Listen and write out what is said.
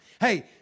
Hey